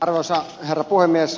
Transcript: arvoisa herra puhemies